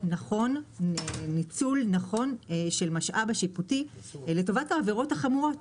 נכון עם ניצול נכון של המשאב השיפוטי לטובת העבירות החמורות,